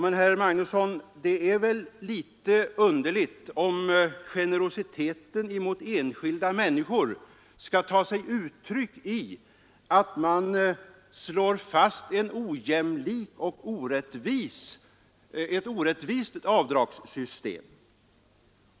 Men, herr Magnusson, det är väl litet underligt om generositeten mot enskilda människor skall ta sig uttryck i att man slår fast ett ojämlikt och orättvist avdragssystem.